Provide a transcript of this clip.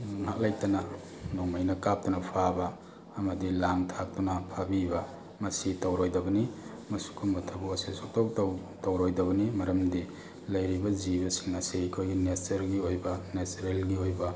ꯉꯍꯥꯛ ꯂꯩꯇꯅ ꯅꯣꯡꯃꯩꯅ ꯀꯥꯞꯇꯨꯅ ꯐꯥꯕ ꯑꯃꯗꯤ ꯂꯥꯡ ꯊꯥꯛꯇꯨꯅ ꯐꯥꯕꯤꯕ ꯃꯁꯤ ꯇꯧꯔꯣꯏꯗꯕꯅꯤ ꯃꯁꯤꯒꯨꯝꯕ ꯊꯕꯛ ꯑꯁꯤ ꯁꯨꯡꯇꯧ ꯇꯧꯔꯣꯏꯗꯕꯅꯤ ꯃꯔꯝꯗꯤ ꯂꯩꯔꯤꯕ ꯖꯤꯕꯁꯤꯡ ꯑꯁꯤ ꯑꯩꯈꯣꯏꯒꯤ ꯅꯦꯆꯔꯒꯤ ꯑꯣꯏꯕ ꯅꯦꯆꯔꯦꯜꯒꯤ ꯑꯣꯏꯕ